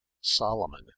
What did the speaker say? Solomon